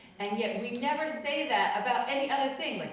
and yet we never say that about any other thing, like,